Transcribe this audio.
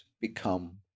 become